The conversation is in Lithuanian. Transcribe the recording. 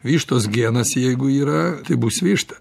vištos genas jeigu yra tai bus višta